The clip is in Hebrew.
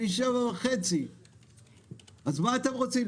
פי 7.5. אז מה אתם רוצים,